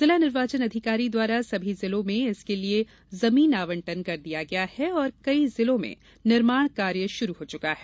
जिला निर्वाचन अधिकारी द्वारा सभी जिलों में इसके लिये जमीन आवंटन कर दिया गया है और कई जिलों में निर्माण कार्य शुरू हो चुका है